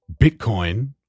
Bitcoin